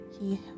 he-